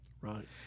Right